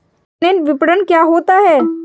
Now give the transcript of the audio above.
Internet विपणन क्या होता है?